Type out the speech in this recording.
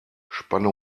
spanne